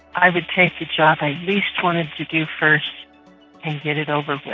i would take the job i least wanted to do first and get it over with.